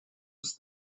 was